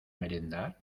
merendar